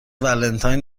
ولنتاین